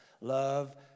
Love